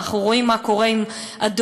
אנחנו רואים מה קורה עם הדואר,